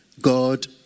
God